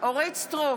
אורית מלכה סטרוק,